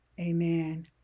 amen